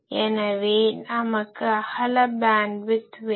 எனவே நமக்கு அகல பேன்ட்விட்த் வேண்டும்